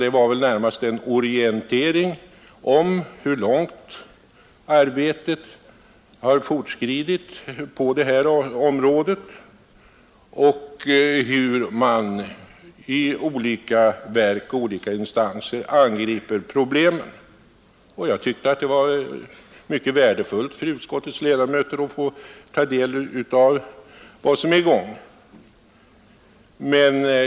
Det var väl närmast fråga om en orientering om hur långt 45 arbetet har fortskridit på detta område och hur man i olika verk och instanser angriper problemen. Jag tyckte att det var mycket värdefullt för utskottets ledamöter att få ta del av vad som pågår.